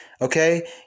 okay